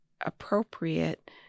appropriate